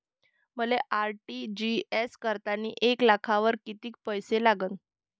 मले आर.टी.जी.एस करतांनी एक लाखावर कितीक पैसे लागन?